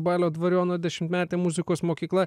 balio dvariono dešimtmetė muzikos mokykla